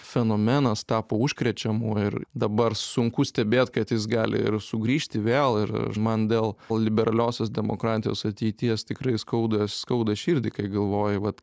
fenomenas tapo užkrečiamu ir dabar sunku stebėt kad jis gali ir sugrįžti vėl ir man dėl liberaliosios demokratijos ateities tikrai skauda skauda širdį kai galvoji vat